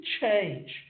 change